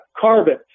Carbon